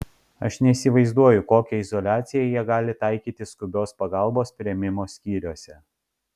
aš neįsivaizduoju kokią izoliaciją jie gali taikyti skubios pagalbos priėmimo skyriuose